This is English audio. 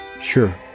Sure